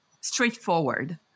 straightforward